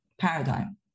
paradigm